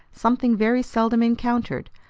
something very seldom encountered.